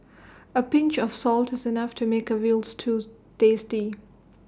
A pinch of salt is enough to make A Veal Stew tasty